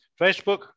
Facebook